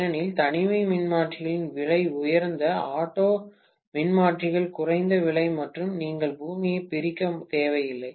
ஏனெனில் தனிமை மின்மாற்றிகள் விலை உயர்ந்த ஆட்டோ மின்மாற்றிகள் குறைந்த விலை மற்றும் நீங்கள் பூமியை பிரிக்க தேவையில்லை